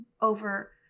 over